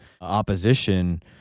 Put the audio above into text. opposition